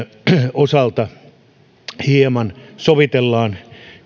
osalta hieman sovitellaan